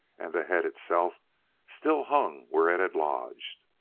and the head itself still hung where it had lodged.